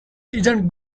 isn’t